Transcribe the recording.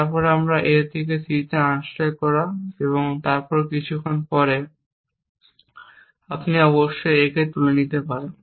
তা হল A থেকে C আনস্ট্যাক করা এবং এর কিছুক্ষণ পরে আপনি অবশ্যই A তুলে নিতে হবে